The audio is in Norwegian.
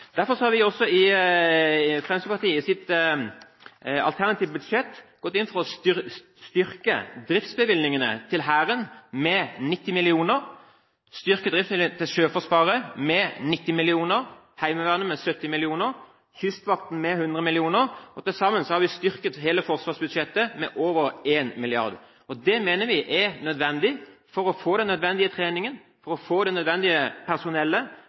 Derfor har vi også i Fremskrittspartiets alternative budsjett gått inn for å styrke driftsbevilgningene til Hæren med 90 mill. kr, styrke driftsbevilgningene til Sjøforsvaret med 90 mill. kr, Heimevernet med 70 mill. kr, Kystvakten med 100 mill. kr. Til sammen har vi styrket hele forsvarsbudsjettet med over 1 mrd. kr. Det mener vi er nødvendig for å få den nødvendige treningen, for å få det nødvendige personellet,